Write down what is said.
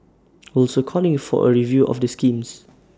also calling for A review of the schemes